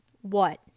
what